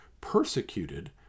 persecuted